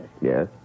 Yes